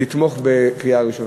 לתמוך בקריאה ראשונה.